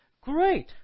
Great